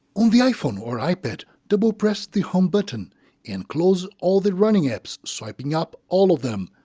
on the iphone or ipad, double-press the home button and close all the running apps, swiping up all of them.